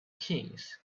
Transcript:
kings